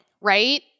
right